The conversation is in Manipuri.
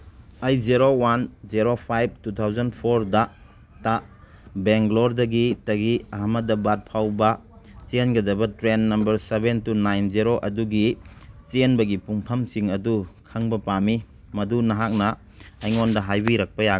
eight zero one zero five two thousand ꯐꯣꯔꯗ ꯇ ꯕꯦꯡꯒ꯭ꯂꯣꯔꯗꯒꯤ ꯇꯒꯤ ꯑꯍꯃꯗꯕꯥꯠ ꯐꯥꯎꯕ ꯆꯦꯟꯒꯗꯕ train number seven two nine zero ꯑꯗꯨꯒꯤ ꯆꯦꯟꯕꯒꯤ ꯄꯨꯡꯐꯝꯁꯤꯡ ꯑꯗꯨ ꯈꯪꯕ ꯄꯥꯝꯃꯤ ꯃꯗꯨ ꯅꯍꯥꯛꯅ ꯑꯩꯉꯣꯟꯗ ꯍꯥꯏꯕꯤꯔꯛꯄ ꯌꯥ